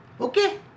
Okay